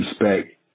respect